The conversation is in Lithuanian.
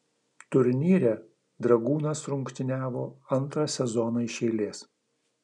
turnyre dragūnas rungtyniavo antrą sezoną iš eilės